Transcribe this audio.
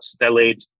stellate